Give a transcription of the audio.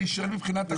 אני שואל מבחינת החוק.